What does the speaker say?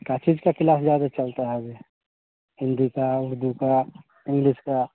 का चीज़ का किलास ज़्यादा चलता है अभी हिन्दी का उर्दू का इंग्लिस का